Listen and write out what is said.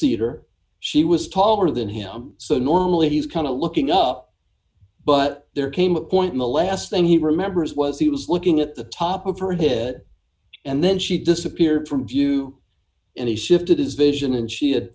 seat or she was taller than him so normally he is kind of looking up but there came a point in the last thing he remembers was he was looking at the top of her head and then she disappeared from view and he shifted his vision and she had